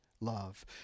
love